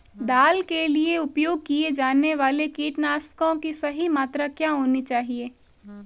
दाल के लिए उपयोग किए जाने वाले कीटनाशकों की सही मात्रा क्या होनी चाहिए?